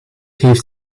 heeft